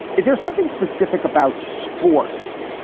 is there something specific about sports?